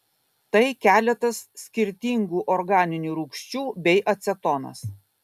tai keletas skirtingų organinių rūgščių bei acetonas